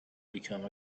become